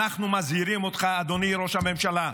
אנחנו מזהירים אותך, אדוני ראש הממשלה,